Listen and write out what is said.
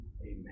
amen